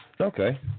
Okay